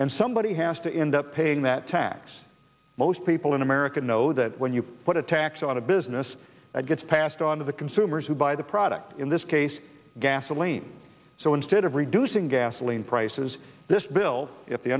and somebody has to end up paying that tax most people in america know that when you put a tax on a business that gets passed on to the consumers who buy the product in this case gasoline so instead of reducing gasoline prices this bill if the